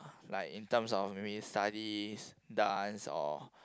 like in terms of maybe studies dance or